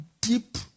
deep